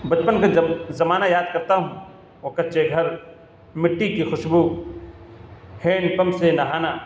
بچپن کا زمانہ یاد کرتا ہوں وہ کچے گھر مٹی کی خوشبو ہینڈ پمپ سے نہانا